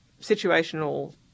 situational